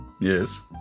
Yes